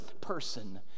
person